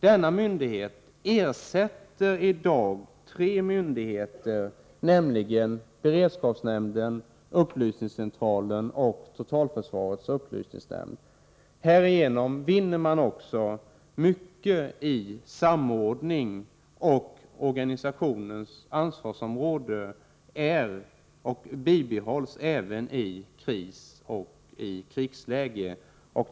Denna myndighet ersätter tre myndigheter som finns i dag, nämligen beredskapsnämnden för psykologiskt försvar, upplysningscentralen och totalförsvarets upplysningsnämnd. Härigenom vinner man mycket i samordning, liksom att organisationens ansvarsområde kan bibehållas även i krisoch krigslägen.